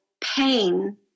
pain